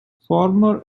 former